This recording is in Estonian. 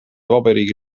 vabariigi